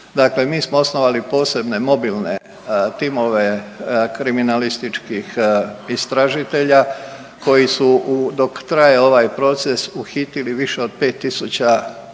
Dakle, mi smo osnovali posebne mobilne timove kriminalističkih istražitelja koji su dok traje ovaj proces uhitili više od 5 tisuća